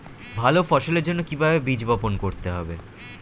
ভালো ফসলের জন্য কিভাবে বীজ বপন করতে হবে?